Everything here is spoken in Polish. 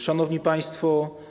Szanowni Państwo!